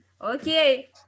Okay